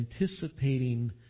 anticipating